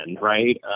right